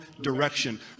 direction